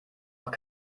doch